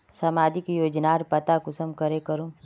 सामाजिक योजनार पता कुंसम करे करूम?